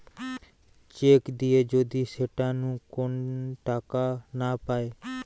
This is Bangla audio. চেক দিয়ে যদি সেটা নু কোন টাকা না পায়